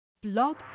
Blog